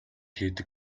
хийдэг